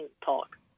talk